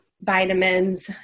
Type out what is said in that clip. vitamins